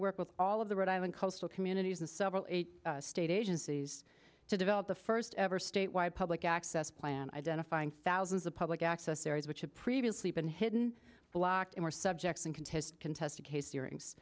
work with all of the rhode island coastal communities and several eight state agencies to develop the first ever state wide public access plan identifying thousands of public access areas which had previously been hidden blocked in our subjects and contest contested case hearings